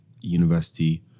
university